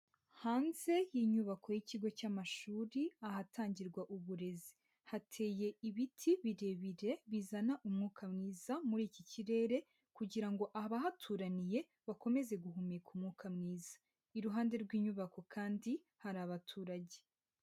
Hanze y'inyubako y'ikigo cy'amashuri ahatangirwa uburezi, hateye ibiti birebire bizana umwuka mwiza muri iki kirere kugira ngo abahaturaniye bakomeze guhumeka umwuka mwiza, iruhande rw'inyubako kandi hari abaturage.